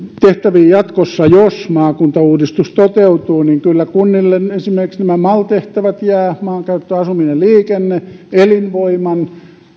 tehtäviin jatkossa jos maakuntauudistus toteutuu niin kyllä kunnille esimerkiksi jäävät mal tehtävät maankäyttö asuminen liikenne elinvoiman